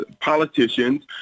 politicians